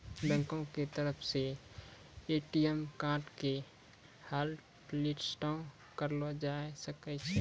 बैंको के तरफो से ए.टी.एम कार्डो के हाटलिस्टो करलो जाय सकै छै